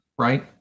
Right